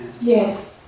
Yes